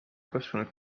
kasvanud